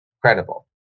credible